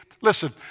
Listen